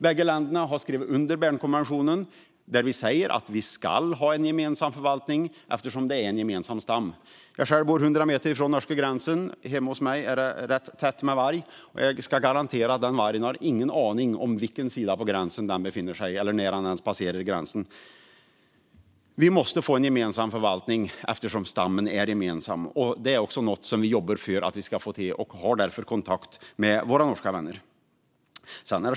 Bägge länderna har skrivit under Bernkonventionen, där länderna säger att de ska ha en gemensam förvaltning eftersom det är en gemensam stam. Jag själv bor 100 meter från den norska gränsen. Hemma hos mig är det rätt tätt med varg, och jag kan garantera att vargarna inte har någon aning om vilken sida av gränsen de befinner sig på eller när de passerar gränsen. Vi måste få en gemensam förvaltning eftersom stammen är gemensam. Detta är också något som vi jobbar för att få till, och vi har därför kontakt med våra norska vänner.